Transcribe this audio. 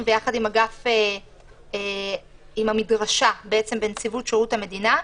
ויחד עם המדרשה בנציבות שירות המדינה.